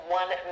one